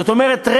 זאת אומרת,